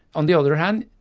on the other hand,